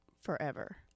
forever